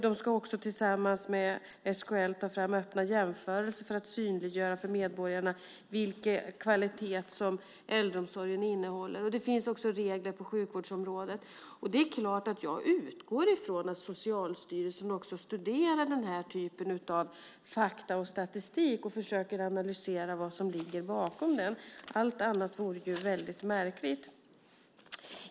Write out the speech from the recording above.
De ska också tillsammans med SKL ta fram öppna jämförelser för att synliggöra för medborgarna vilken kvalitet äldreomsorgen håller. Det finns också regler på sjukvårdsområdet. Det är klart att jag utgår från att Socialstyrelsen också studerar den här typen av fakta och statistik och försöker analysera vad som ligger bakom. Allt annat vore ju väldigt märkligt.